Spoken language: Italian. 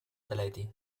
atleti